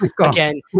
Again